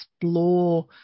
explore